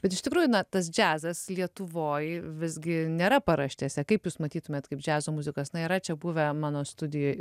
bet iš tikrųjų na tas džiazas lietuvoj visgi nėra paraštėse kaip jūs matytumėt kaip džiazo muzikas na yra čia buvę mano studijoj